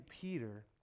Peter